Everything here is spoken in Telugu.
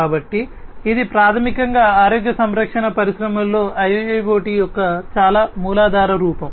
కాబట్టి ఇది ప్రాథమికంగా ఆరోగ్య సంరక్షణ పరిశ్రమలో IIoT యొక్క చాలా మూలాధార రూపం